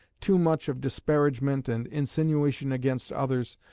too much of disparagement and insinuation against others,